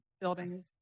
building